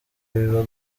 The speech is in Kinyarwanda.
biba